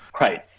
Right